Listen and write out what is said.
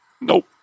nope